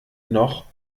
noch